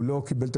הוא לא קיבל את